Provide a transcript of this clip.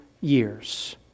years